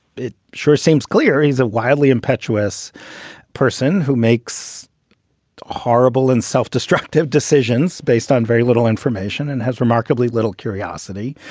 it sure seems clear he's a wildly impetuous person who makes a horrible and self-destructive decisions based on very little information and has remarkably little curiosity.